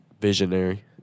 visionary